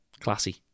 classy